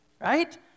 right